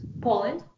Poland